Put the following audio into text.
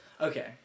Okay